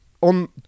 on